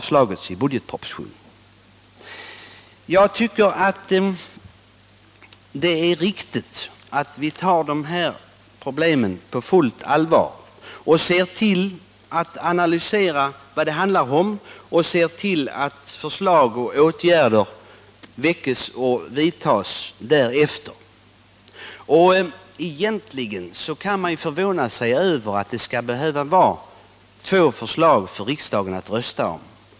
Jag tycker det är riktigt att vi tar dessa problem på fullt allvar och ser till att de analyseras samt att förslag därefter väcks och åtgärder vidtas. Egentligen kan man förvåna sig över att det skall behöva finnas två förslag för riksdagen att rösta om.